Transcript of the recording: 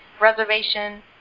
reservation